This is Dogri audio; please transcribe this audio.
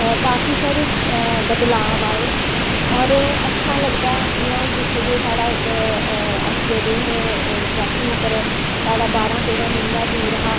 काफी सारे बदलाव आए और अच्छा लगदा ऐ जियां हून पिच्चें जेह् साढ़ा इक अस गेदे हे ट्रैकिंग उप्पर साढ़ा बाह्रां तेरां दिन दा टूर हा